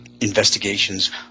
investigations